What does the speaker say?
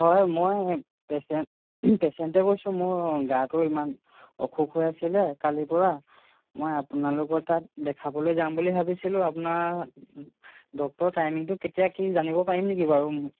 হয় মই পেছে পেচেণ্টে কৈছো মোৰ গাটো ইমান অসুখ হৈ আছিলে কালিৰ পৰা মই আপোনালোকৰ তাত দেখাবলৈ যাম বুলি ভাবিছিলো আপোনাৰ ডক্তৰৰ টাইমিঙটো কেতিয়া কি জানিব পাৰিম নেকি বাৰু